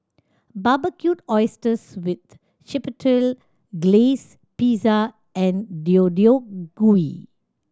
Barbecued Oysters with Chipotle Glaze Pizza and Deodeok Gui